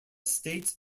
states